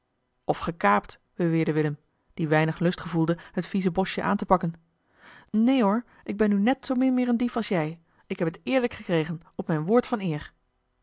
of gekaapt beweerde willem die weinig lust gevoelde het vieze bosje aan te pakken neen hoor ik ben nu net zoo min meer een dief als jij ik heb het eerlijk gekregen op mijn woord van eer